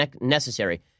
necessary